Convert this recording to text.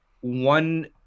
one